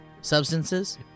substances